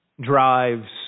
drives